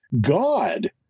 God